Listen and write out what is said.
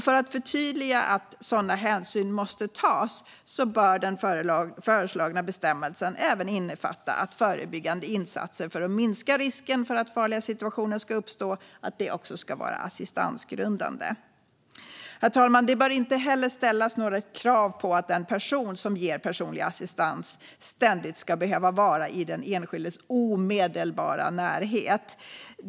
För att förtydliga att sådana hänsyn måste tas bör den föreslagna bestämmelsen innefatta att även förebyggande insatser för att minska risken för att farliga situationer ska uppstå ska vara assistansgrundande. Herr talman! Det bör inte heller ställas något krav på att den person som ger personlig assistans ständigt ska behöva vara i den enskildes omedelbara närhet.